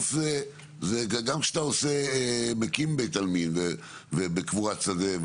בסוף גם כשאתה מקים בית עלמין בקבורת שדה,